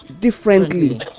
differently